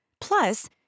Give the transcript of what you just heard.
Plus